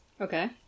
Okay